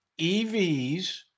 EVs